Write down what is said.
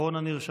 אחרון הנרשמים.